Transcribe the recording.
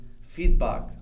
feedback